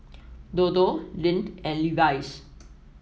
Dodo Lindt and Levi's